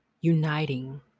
uniting